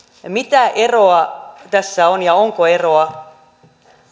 mitä eroa tässä on ja onko eroa